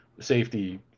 safety